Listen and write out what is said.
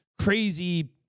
crazy